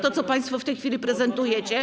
To, co państwo w tej chwili prezentujecie?